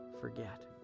forget